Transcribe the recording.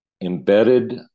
embedded